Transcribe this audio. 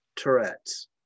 Tourette's